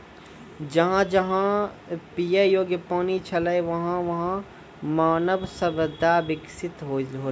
जहां जहां पियै योग्य पानी छलै वहां वहां मानव सभ्यता बिकसित हौलै